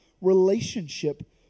relationship